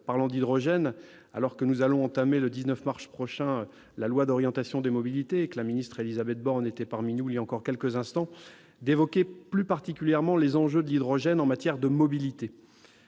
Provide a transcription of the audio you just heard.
parlant d'hydrogène, alors que nous allons entamer, le 19 mars prochain, la discussion du projet de loi d'orientation des mobilités et que la ministre Élisabeth Borne était parmi nous il y a encore quelques instants, vous me permettrez d'évoquer plus particulièrement les enjeux de l'hydrogène en matière de mobilité.